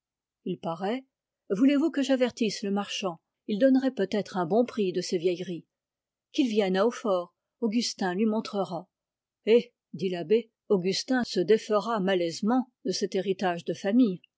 il paraît voulez-vous que j'avertisse le marchand il donnerait peut-être un bon prix de ces vieilleries qu'il vienne à hautfort augustin lui montrera hé dit l'abbé augustin se défera malaisément de cet héritage de famille